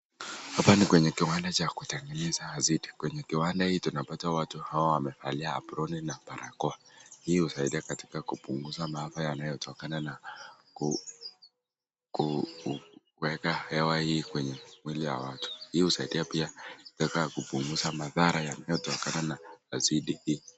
Hapa ni kwenye kiwanda cha kutengeneza asidi. Kwenye kiwanda hiki tunapata watu hawa wamevalia aproni na barakoa. Hii husaidia katika kupunguza maafa yanayotokana na kuweka hewa hii kwenye mwili wa watu. Hii husaidia pia kupunguza madhara ya mioto kama asidi hii.